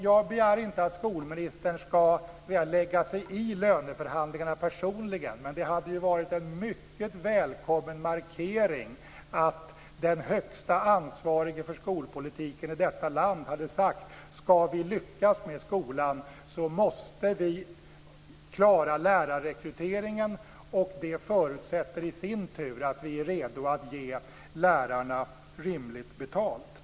Jag begär inte att skolministern personligen ska lägga sig i löneförhandlingarna men det skulle ha varit en mycket välkommen markering om den högsta ansvariga för skolpolitiken i detta land hade sagt att vi för att lyckas med skolan måste klara lärarrekryteringen och att det i sin tur förutsätter att vi är redo att ge lärarna rimligt betalt.